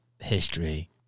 history